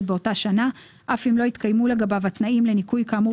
באותה שנה אף אם לא התקיימו לגביו התנאים לניכוי כאמור